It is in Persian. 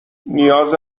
نیاز